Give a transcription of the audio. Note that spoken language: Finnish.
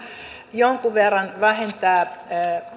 jonkun verran vähentää